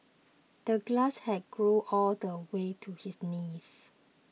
the grass had grown all the way to his knees